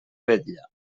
vetlla